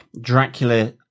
Dracula